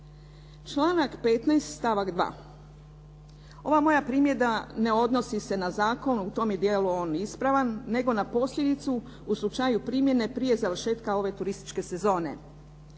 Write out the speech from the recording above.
Članak 15. stavak 2. ova moja primjedba ne odnosi se na zakon, u tom je dijelu on ispravan nego na posljedicu u slučaju primjene prije završetka ove turističke sezone.